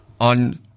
on